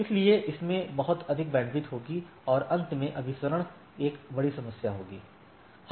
इसलिए इसमें बहुत अधिक बैंडविड्थ होगी और अंत में अभिसरण एक बड़ी समस्या होगी